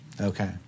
Okay